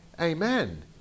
amen